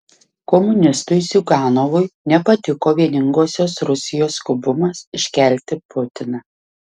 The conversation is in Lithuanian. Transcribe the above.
komunistui ziuganovui nepatiko vieningosios rusijos skubumas iškelti putiną